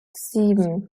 sieben